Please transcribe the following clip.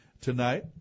tonight